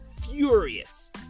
furious